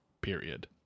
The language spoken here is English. period